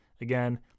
Again